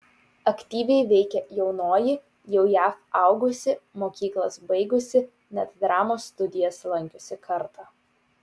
aktyviai veikė jaunoji jau jav augusi mokyklas baigusi net dramos studijas lankiusi karta